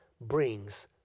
brings